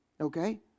okay